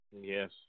Yes